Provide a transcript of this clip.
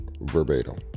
verbatim